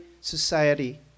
Society